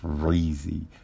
crazy